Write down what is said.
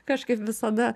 kažkaip visada